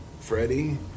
Freddie